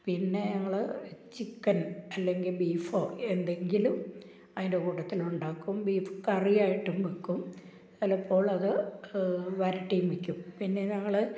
പിന്നെ ഞങ്ങൾ ചിക്കന് അല്ലെങ്കിൽ ബീഫോ എന്തെങ്കിലും അതിന്റെ കൂട്ടത്തിലുണ്ടാക്കും ബീഫ് കറിയായിട്ടും വെക്കും ചിലപ്പോളത് വരട്ടിയും വെക്കും പിന്നെ ഞങ്ങൾ